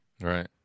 Right